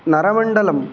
नरमण्डलं